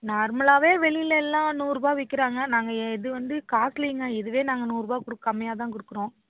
நார்மலாகவே வெளியில எல்லாம் நூறுரூபா விற்கிறாங்க நாங்கள் இது வந்து காஸ்ட்லிங்க இதுவே நாங்கள் நூறுரூபா கூட கம்மியாக தான் கொடுக்குறோம்